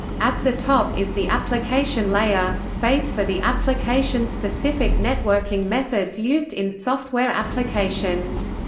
at the top is the application layer, space for the application-specific networking methods used in software applications.